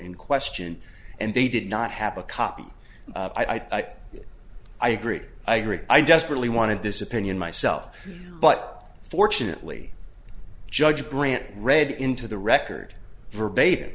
in question and they did not happen a copy i got i agree i agree i desperately wanted this opinion myself but fortunately judge brant read into the record verbatim